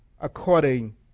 according